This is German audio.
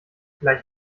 gleich